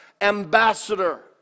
ambassador